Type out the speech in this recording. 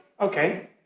Okay